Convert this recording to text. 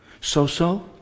So-so